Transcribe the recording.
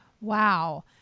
Wow